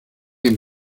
dem